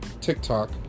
TikTok